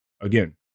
again